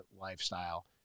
lifestyle